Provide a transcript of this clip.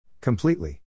Completely